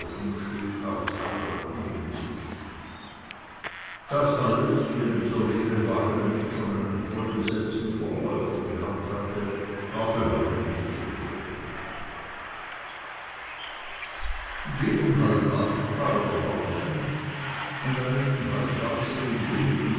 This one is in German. vom steg aus apportieren ließen das alles wenn dieser leere wagen nicht schon einen vollbesetzten vorläufer gehabt hatte war für heute nicht zu befürchten gegen halb acht war er draußen und einen halbwachsenen jungen